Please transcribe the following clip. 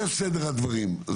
זה סדר הדברים.